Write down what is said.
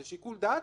זה שיקול דעת,